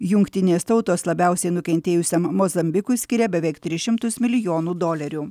jungtinės tautos labiausiai nukentėjusiam mozambikui skiria beveik tris šimtus milijonų dolerių